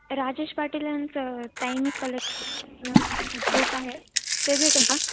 राजेश पाटील यांचं ताई मी कलेक्टर व्हयनु एक बुक आहे ते भेटेल का